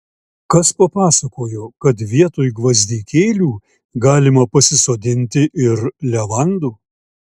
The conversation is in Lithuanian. kas papasakojo kad vietoj gvazdikėlių galima pasisodinti ir levandų